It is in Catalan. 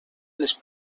les